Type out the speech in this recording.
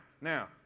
now